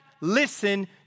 listen